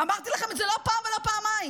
אמרתי לכם את זה לא פעם ולא פעמיים,